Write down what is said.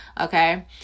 Okay